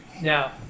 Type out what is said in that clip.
Now